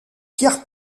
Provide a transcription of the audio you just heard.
pierre